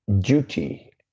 duty